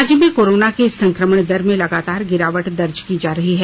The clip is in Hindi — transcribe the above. राज्य में कोरोना के संक्रमण दर में लगातार गिरावट दर्ज की जा रही है